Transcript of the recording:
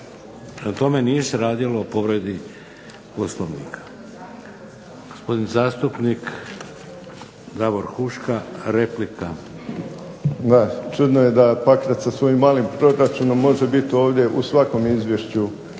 tome nije se radilo o povredi POslovnika. Gospodin zastupnik Davor Huška, replika. **Huška, Davor (HDZ)** Da, čudno je da Pakrac sa svojim malim proračunom može biti ovdje u svakom izvješću